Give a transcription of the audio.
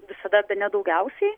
visada bene daugiausiai